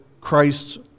christ